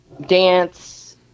dance